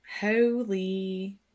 Holy